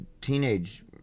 teenage